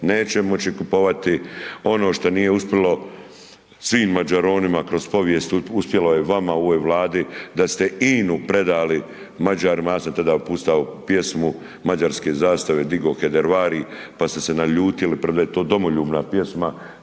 neće moći kupovati ono što nije uspilo svim mađaronima kroz povijest, uspjelo je vama u ovoj Vladi da ste INA-u predali Mađarima, ja sam tada puštao pjesmu, mađarske zastave digao Hedervari, pa ste se naljutili, premda je to domoljubna pjesma